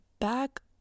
back